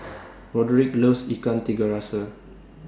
Roderic loves Ikan Tiga Rasa